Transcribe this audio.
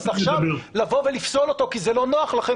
אז עכשיו לבוא ולפסול אותו כי זה לא נוח לכם,